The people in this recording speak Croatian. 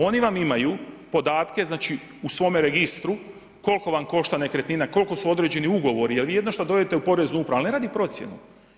Oni vam imaju podatke znači u svome registru, koliko vam košta nekretnina, koliko su određen ugovori, jer vi jedino što dođete u Poreznu upravu, ali ne radi procjenu.